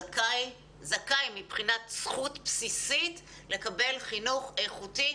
זכאי מבחינת זכות בסיסית לקבל חינוך איכותי,